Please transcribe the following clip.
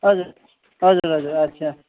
हजुर हजुर हजुर अच्छा